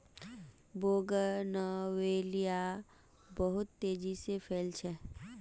bougainvillea बहुत तेजी स फैल छेक